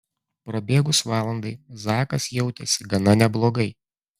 prabėgus valandai zakas jautėsi gana neblogai